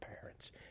parents